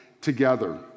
together